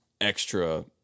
extra